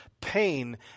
Pain